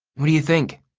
what do you think?